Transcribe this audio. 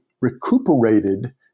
recuperated